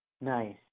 Nice